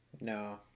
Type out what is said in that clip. No